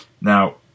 Now